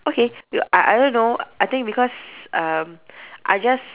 okay I I don't know I think because um I just